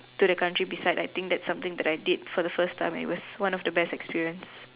to the country beside I think that's something that I did for the first time it was one of the best experience